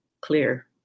clear